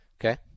Okay